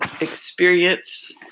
experience